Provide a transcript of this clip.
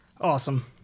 Awesome